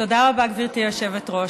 תודה רבה, גברתי היושבת-ראש.